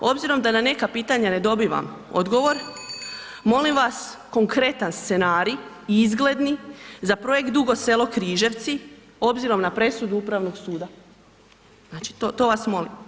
Obzirom da na neka pitanja ne dobivam odgovor molim vas konkretan scenarij, izgledni za projekt Dugo Selo-Križevci obzirom na presudu upravnog suda, znači to vas molim.